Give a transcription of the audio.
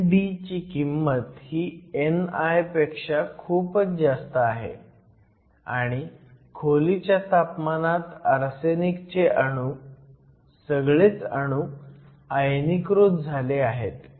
ND ची किंमत ही ni पेक्षा खूप जास्त आहे आणि खोलीच्या तापमानात आर्सेनिकचे सगळे अणू आयनीकृत झाले आहेत